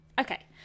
Okay